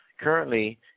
Currently